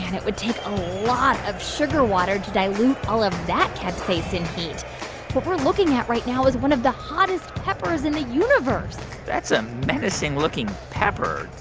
and it would take a lot of sugar water to dilute all of that capsaicin heat. what we're looking at right now is one of the hottest peppers in the universe that's a menacing-looking pepper.